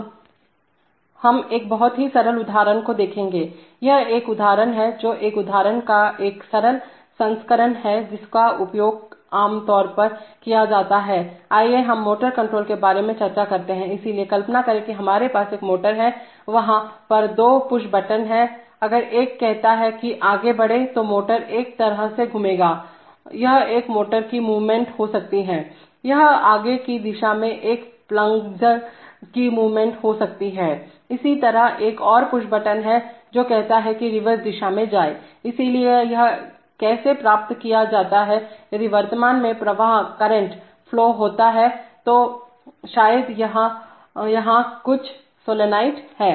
अब हम एक बहुत ही सरल उदाहरण को देखेंगे यह एक उदाहरण है जो एक उदाहरण का एक सरल संस्करण है जिसका उपयोग आमतौर पर किया जाता है आइए हम मोटर कंट्रोल के बारे में चर्चा करते हैंइसलिए कल्पना करें कि हमारे पास एक मोटर हैवहां पर दो पुश बटन हैं अगरएक कहता है कि आगे बढ़ें तो मोटर एक तरह से घूमेगा यह एक मोटर की मूवमेंट हो सकती है यह आगे की दिशा में एक प्लंजर की मूवमेंट हो सकती है इसी तरह एक और पुश बटन है जो कहता है कि रिवर्स दिशा में जाएं इसलिए यह कैसे प्राप्त किया जाता हैयदि वर्तमान में करंट फ्लो होता है तो शायद वहां कुछ सोलनॉइड है